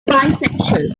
bisexual